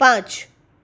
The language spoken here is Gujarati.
પાંચ